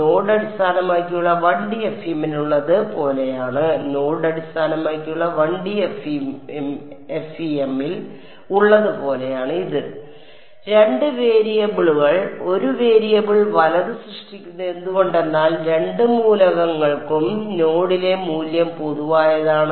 node അടിസ്ഥാനമാക്കിയുള്ള 1D FEM ൽ ഉള്ളത് പോലെയാണ് ഇത് നോഡ് അടിസ്ഥാനമാക്കിയുള്ള 1D FEM ൽ ഉള്ളത് പോലെയാണ് ഇത് 2 വേരിയബിളുകൾ 1 വേരിയബിൾ വലത് സൃഷ്ടിക്കുന്നത് എന്തുകൊണ്ടെന്നാൽ രണ്ട് മൂലകങ്ങൾക്കും നോഡിലെ മൂല്യം പൊതുവായതാണ്